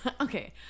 Okay